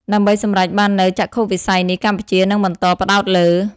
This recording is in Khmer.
ដើម្បីសម្រេចបាននូវចក្ខុវិស័យនេះ កម្ពុជានឹងបន្តផ្តោតលើ៖